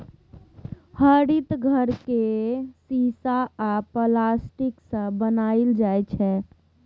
हरित घर केँ शीशा आ प्लास्टिकसँ बनाएल जाइ छै